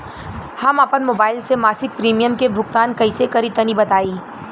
हम आपन मोबाइल से मासिक प्रीमियम के भुगतान कइसे करि तनि बताई?